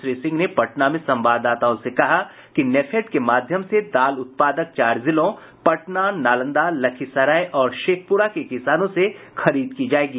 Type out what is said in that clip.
श्री सिंह ने पटना में संवाददाताओं से कहा कि नेफेड के माध्यम से दाल उत्पादक चार जिलों पटना नालंदा लखीसराय और शेखपुरा के किसानों से खरीद की जायेगी